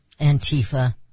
Antifa